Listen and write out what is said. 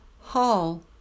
Hall